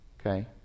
Okay